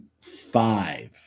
five